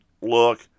look